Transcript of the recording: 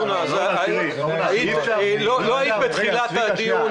אורנה, לא היית בתחילת הדיון.